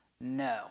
No